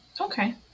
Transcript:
okay